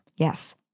Yes